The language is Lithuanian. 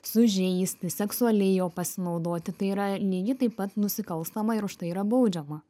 sužeisti seksualiai juo pasinaudoti tai yra lygiai taip pat nusikalstama ir už tai yra baudžiama